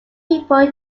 people